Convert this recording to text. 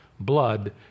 blood